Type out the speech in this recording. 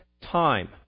time